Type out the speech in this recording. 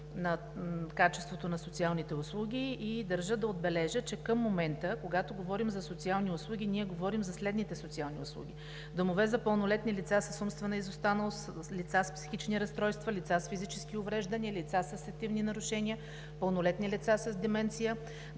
на качеството на социалните услуги. И държа да отбележа, че към момента, когато говорим за социални услуги, ние говорим за следните социални услуги: домове за пълнолетни лица с умствена изостаналост, лица с психични разстройства, лица с физически увреждания, лица със сетивни нарушения, пълнолетни лица с деменция,